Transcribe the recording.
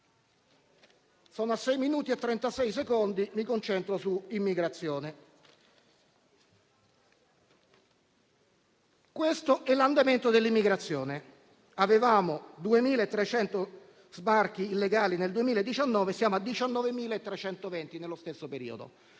minuti e trentasei secondi, dunque mi concentro sull'immigrazione. Questo è l'andamento dell'immigrazione: avevamo 2.300 sbarchi illegali nel 2019 e ora siamo a 19.320, nello stesso periodo.